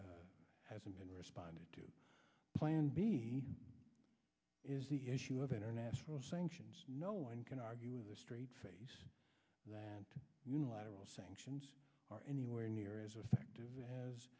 that hasn't been responded to he is the issue of international sanctions no one can argue with a straight face that unilateral sanctions are anywhere near as effective as